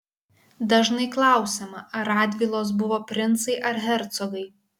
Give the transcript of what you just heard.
dažnai klausiama ar radvilos buvo princai ar hercogai